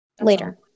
later